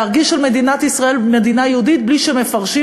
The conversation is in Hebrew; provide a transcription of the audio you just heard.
להרגיש שמדינת ישראל מדינה יהודית בלי שמפרשים